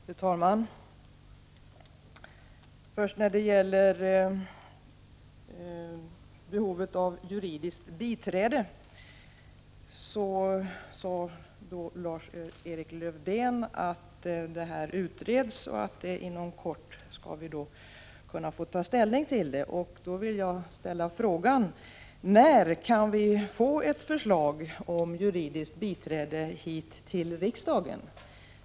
Fru talman! När det gäller behovet av juridiskt biträde sade Lars-Erik Lövdén att frågan utreds och att vi inom kort skall kunna få ta ställning till saken. Då vill jag fråga: När kan vi i riksdagen få ett förslag om juridiskt biträde i detta hänseende?